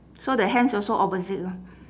so the hands also opposite lah